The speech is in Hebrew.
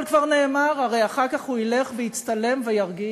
אבל כבר נאמר, הרי אחר כך הוא ילך ויצטלם וירגיע,